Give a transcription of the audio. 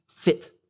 fit